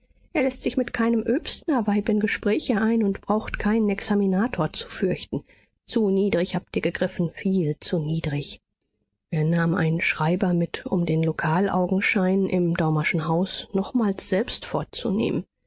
er läßt sich mit keinem öbstnerweib in gespräche ein und braucht keinen examinator zu fürchten zu niedrig habt ihr gegriffen viel zu niedrig er nahm einen schreiber mit um den lokalaugenschein im daumerschen haus nochmals selbst vorzunehmen